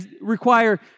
require